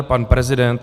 Pan prezident?